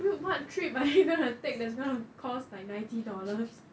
what trip are you going to take that is going to cause like ninety dollars